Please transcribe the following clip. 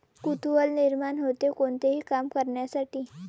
कुतूहल निर्माण होते, कोणतेही काम करण्यासाठी